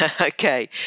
Okay